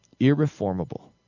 irreformable